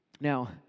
Now